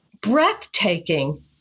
breathtaking